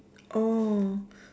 oh